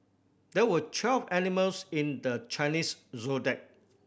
there are twelve animals in the Chinese Zodiac